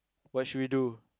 what should we do